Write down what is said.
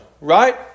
right